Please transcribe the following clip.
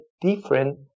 different